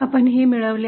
आपण मिळवले आहे